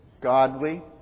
godly